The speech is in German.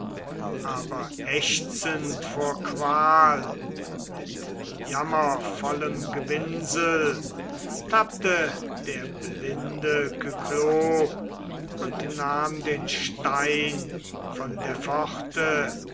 aber ächzend vor qual mit jammervollem gewinsel tappte der blinde kyklop und nahm den stein von der